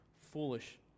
foolish